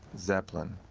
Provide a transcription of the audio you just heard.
zeppelin,